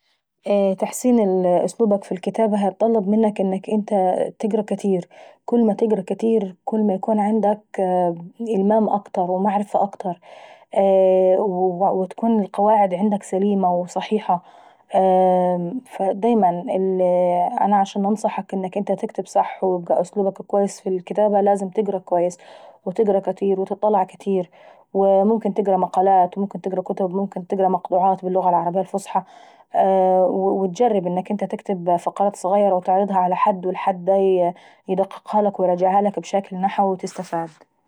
تحسين اسلوبك في الكتابة هيتطلب منك انك انت تقرا كتير. كل ما تقرا كاتير هيكون عندك إلمام أكتر ومعرفة أكتر، وتكون القواعد عندك سليمة وصحيحة. فدايما عشان انا ننصحك انك تحسن اسلوبك في الكتابة يبقى لازم تقرا كويس وتقرا كاتير وتطلع كاتير، وممكن تقرا مقالات وممكن تقرا كتب وممكن تقرا مقطوعات باللغة العربية الفصحى. وتجرب انك انت تكتب فقرات ظغيرة وتعرضها على حد والحد دا يدققهالك يراجعهالك بشكل نحوي وتستفاد.